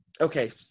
Okay